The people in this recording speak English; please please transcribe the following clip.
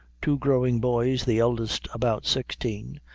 two growing boys, the eldest about sixteen,